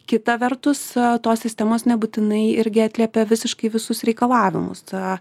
kita vertus tos sistemos nebūtinai irgi atliepia visiškai visus reikalavimus tą